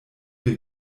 wir